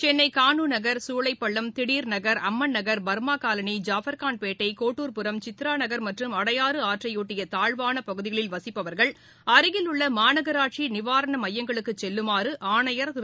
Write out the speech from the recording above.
Chennai Kanunagar Choolaipallam Thideer Nagar Amman Nagar Burma colony Jafferkhanpet Kotturam Chitra Nagar மற்றும் அடையாறு ஆற்றையொட்டிய தூழ்வான பகுதிகளில் வசிப்பவர்கள் அருகில் உள்ள மாநகராட்சி நிவாரண மையங்களுக்குச் செல்லுமாறு ஆனையர் திரு